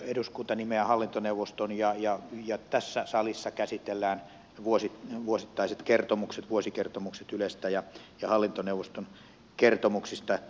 eduskunta nimeää hallintoneuvoston ja tässä salissa käsitellään vuosittain ylen hallintoneuvoston kertomus